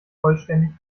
vollständig